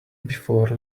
before